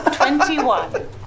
Twenty-one